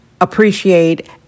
appreciate